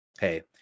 hey